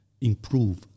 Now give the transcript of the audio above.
improve